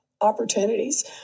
opportunities